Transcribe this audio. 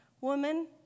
Woman